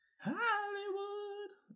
Hollywood